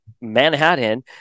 Manhattan